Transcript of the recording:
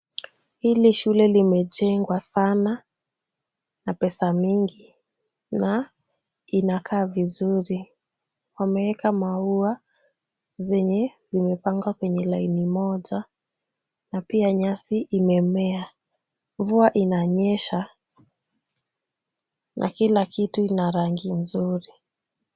Hili shule limejengwa sana na pesa mingi na inakaa vizuri. Wameeka maua zenye zimepangwa kwenye laini moja na pia nyasi imemea. Mvua inanyesha na kila kitu ina rangi nzuri.